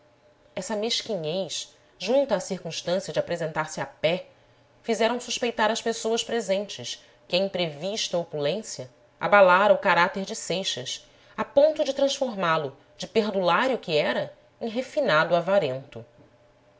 essa mesquinheza junta à circunstância de apresentar-se a pé fizeram suspeitar às pessoas presentes que a imprevista opulência abalara o caráter de seixas a ponto de transformá lo de perdulário que era em refinado avarento